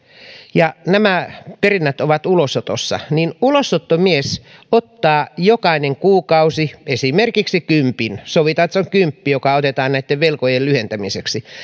ja nämä perinnät ovat ulosotossa niin ulosottomies ottaa jokainen kuukausi esimerkiksi kympin sovitaan että se on kymppi joka otetaan näitten velkojen lyhentämiseksi ja